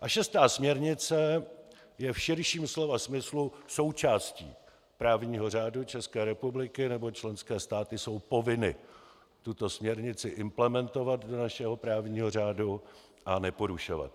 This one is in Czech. A 6. směrnice je v širším slova smyslu součástí právního řádu České republiky, neboť členské státy jsou povinny tuto směrnici implementovat do našeho právního řádu a neporušovat je.